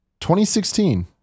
2016